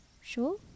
sure